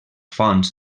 fonts